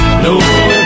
No